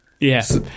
Yes